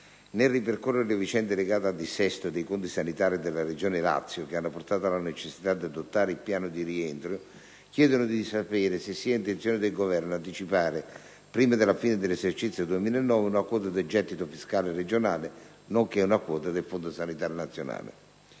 nel ripercorrere le vicende legate al dissesto dei conti sanitari della Regione Lazio, che hanno portato alla necessità di adottare il piano di rientro, chiedono di sapere se sia intenzione del Governo anticipare, prima della fine dell'esercizio 2009, una quota del gettito fiscale regionale, nonché una quota del Fondo sanitario nazionale.